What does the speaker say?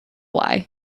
why